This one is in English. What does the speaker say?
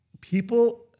People